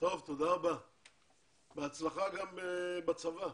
בהצלחה בצבא.